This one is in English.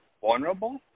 vulnerable